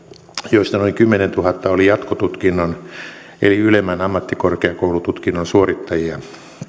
joista noin kymmenentuhatta oli jatkotutkinnon eli ylemmän ammattikorkeakoulututkinnon suorittajia